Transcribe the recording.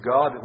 God